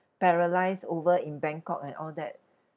paralysed over in bangkok and all that